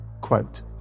Quote